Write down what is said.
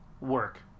work